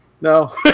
No